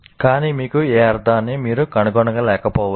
కానీ మీకు ఏ అర్ధాన్ని మీరు కనుగొనలేకపోవచ్చు